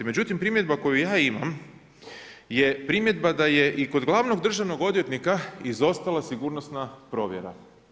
Međutim, primjedba koju ja imam je primjedba da je i kod glavnog državnog odvjetnika izostala sigurnosna provjera.